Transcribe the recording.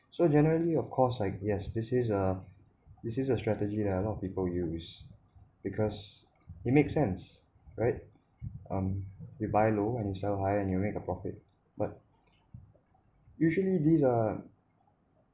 so generally of course I yes this is a this is a strategy ah a lot of people use because it makes sense right um you buy low and you sell high and you make a profit but usually these are